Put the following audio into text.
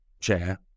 chair